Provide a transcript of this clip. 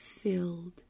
Filled